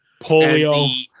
Polio